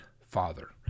father